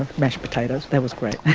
um mashed potatoes, that was great.